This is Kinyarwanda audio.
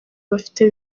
bafite